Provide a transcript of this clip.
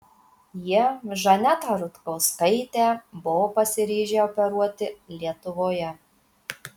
jie žanetą rutkauskaitę buvo pasiryžę operuoti lietuvoje